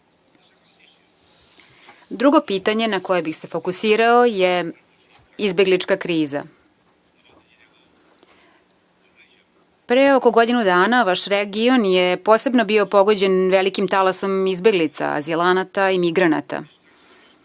nivou. Drugo pitanje na koje bih se fokusirao je izbeglička kriza. Pre oko godinu dana vaš region je posebno bio pogođen velikim talasom izbeglica, azilanata i migranata.